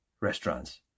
restaurants